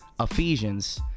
Ephesians